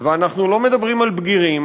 ואנחנו לא מדברים על בגירים,